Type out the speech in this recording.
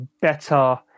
better